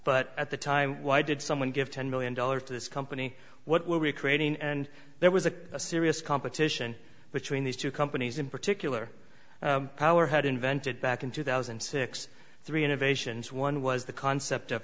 but at the time why did someone give ten million dollars to this company what were we creating and there was a serious competition between these two companies in particular power had invented back in two thousand and six three innovations one was the concept of